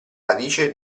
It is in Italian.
radice